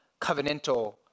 covenantal